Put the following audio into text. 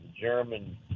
german